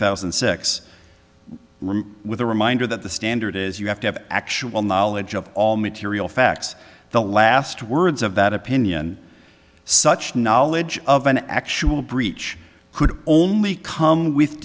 thousand and six with a reminder that the standard is you have to have actual knowledge of all material facts the last words of that opinion such knowledge of an actual breach could only come with